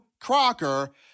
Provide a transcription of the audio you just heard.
Crocker